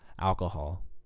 alcohol